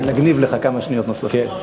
אנחנו נגניב לך כמה שניות נוספות.